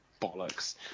bollocks